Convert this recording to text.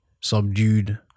subdued